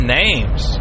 names